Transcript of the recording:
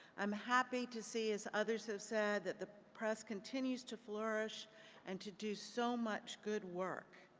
i'm happy to see, as others have said, that the press continues to flourish and to do so much good work.